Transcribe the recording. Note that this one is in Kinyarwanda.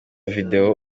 videwo